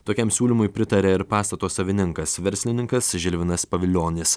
tokiam siūlymui pritarė ir pastato savininkas verslininkas žilvinas pavilionis